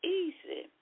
easy